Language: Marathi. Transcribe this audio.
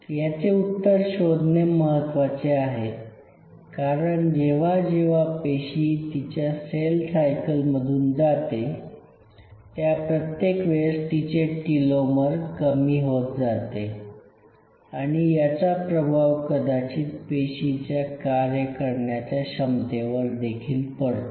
याचे उत्तर शोधणे महत्त्वाचे आहे कारण जेव्हा जेव्हा पेशी तिच्या सेल सायकलमधून जाते त्या प्रत्येक वेळेस तिचे टिलोमर कमी होत जाते आणि याचा प्रभाव कदाचित पेशीच्या कार्य करण्याच्या क्षमतेवर देखील पडतो